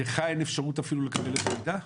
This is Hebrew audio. לך אין אפשרות אפילו לקבל מידע?